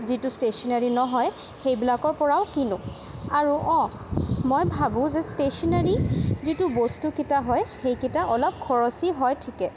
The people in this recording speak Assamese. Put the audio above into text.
যিটো ষ্টেচনাৰী নহয় সেইবিলাকৰপৰাও কিনোঁ আৰু অঁ মই ভাবোঁ যে ষ্টেচনাৰী যিটো বস্তুকেইটা হয় সেইকেইটা অলপ খৰচী হয় ঠিকে